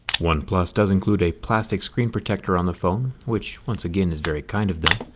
oneplus does include a plastic screen protector on the phone, which once again is very kind of them.